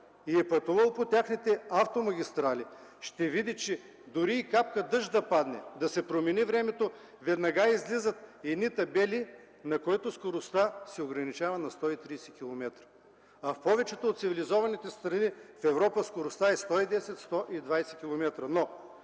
и е пътувал по техните автомагистрали, ще види, че дори и капка дъжд да падне, да се промени времето, веднага излизат табели, на които скоростта се ограничава на 130 км. В повечето от цивилизованите страни в Европа скоростта е 110-120 км. Защо